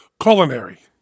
culinary